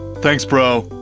thanks, bro! aw,